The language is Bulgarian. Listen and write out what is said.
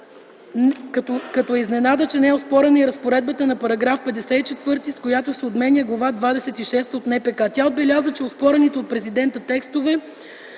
като е изненада, че не е оспорена и разпоредбата на § 54, с която се отменя Глава двадесет и шеста от НПК. Тя отбеляза, че оспорените от президента текстове